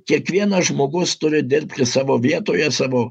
kiekvienas žmogus turi dirbti savo vietoje savo